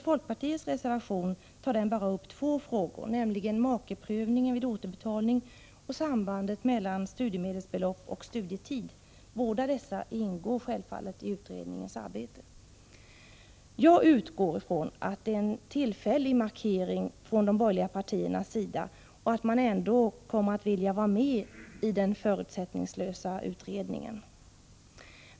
Folkpartiets reservation tar bara upp två frågor, nämligen makeprövningen vid återbetalningen och sambandet mellan studiemedelsbelopp och studietid. Båda dessa frågor ingår självfallet i utredningens arbete. Jag utgår ifrån att detta är en tillfällig markering från de borgerliga partiernas sida och att man ändå kommer att vilja vara med i den förutsättningslösa utredningen.